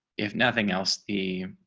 if nothing else, the